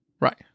Right